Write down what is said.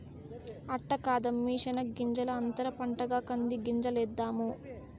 అట్ట కాదమ్మీ శెనగ్గింజల అంతర పంటగా కంది గింజలేద్దాము